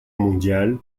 mondiale